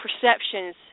perceptions